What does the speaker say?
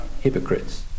hypocrites